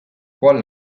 cual